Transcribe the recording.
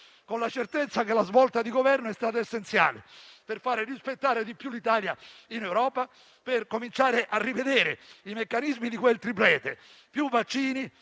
con la certezza che la svolta di Governo sia stata essenziale per fare rispettare di più l'Italia in Europa, per cominciare a rivedere i meccanismi di quel *triplete*: più vaccini,